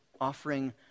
offering